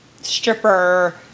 stripper